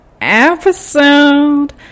episode